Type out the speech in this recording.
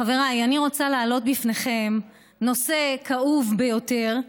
חבריי, אני רוצה להעלות בפניכם נושא כאוב ביותר,